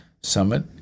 Summit